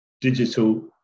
digital